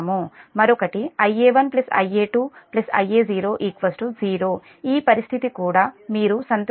మరొకటి Ia1 Ia2 Ia0 0 ఈ పరిస్థితి కూడా మీరు సంతృప్తి పరచాలి